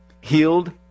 healed